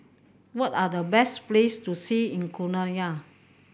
what are the best place to see in Guyana